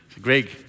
Greg